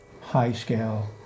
high-scale